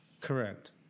Correct